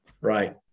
Right